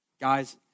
Guys